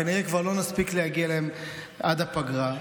וכנראה כבר לא נספיק להגיע אליהם עד הפגרה.